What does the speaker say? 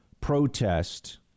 protest